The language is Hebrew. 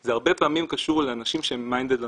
זה הרבה פעמים קשור לאנשים שהם מיינדד לנושא.